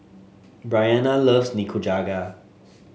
Bryana loves Nikujaga